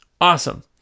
Awesome